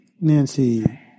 Nancy